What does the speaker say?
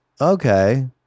okay